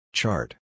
Chart